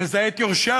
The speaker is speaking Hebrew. מזהה את יורשיו,